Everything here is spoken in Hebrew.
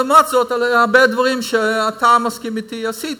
אבל לעומת זאת, הרבה דברים שאתה מסכים אתי, עשיתי.